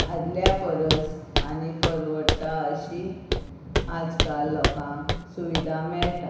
आदल्या परस आनी परवडटा अशी आज काल लोकांक सुविधा मेळटा